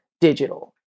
digital